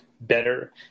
better